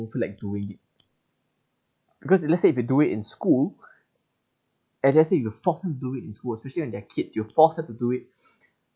don't feel like doing it because let's say if you do it in school and let's say you force him do it in school especially on their kids you force him to do it